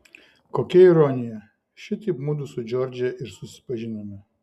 kokia ironija šitaip mudu su džordže ir susipažinome